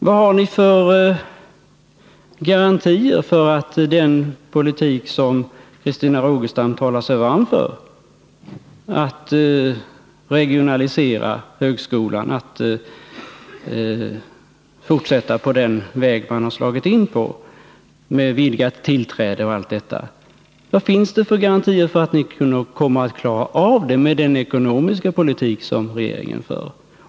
Vad har ni för garantier för att den politik som Christina Rogestam talar sig varm för skall bli verklighet, dvs. att man skall regionalisera högskolan och fortsätta på den väg man slagit in på med vidgat tillträde och allt detta? Vad finns det för garantier att ni kommer att klara det med den ekonomiska politik som regeringen för?